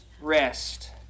rest